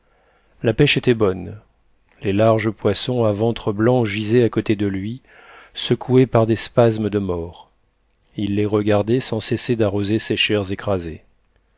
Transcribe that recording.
la pêche était bonne les larges poissons à ventre blanc gisaient à côté de lui secoués par des spasmes de mort il les regardait sans cesser d'arroser ses chairs écrasées